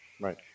Right